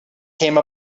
came